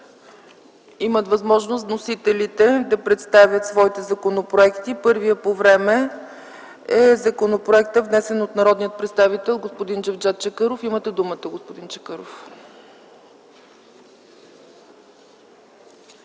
имат възможност да представят своите законопроекти. Първият по време е законопроектът, внесен от народния представител господин Джевдет Чакъров. Имате думата, господин Чакъров.